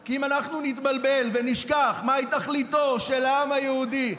כי אם אנחנו נתבלבל ונשכח מהי תכליתו של העם היהודי,